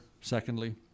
secondly